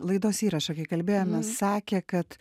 laidos įrašą kai kalbėjomės sakė kad